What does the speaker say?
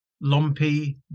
lumpy